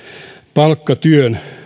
palkkatyön